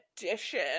edition